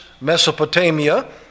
Mesopotamia